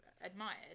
admired